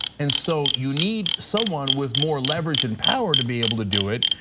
and so you need someone with more leverage and power to be able to do it.